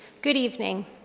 good evening